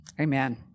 Amen